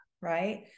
right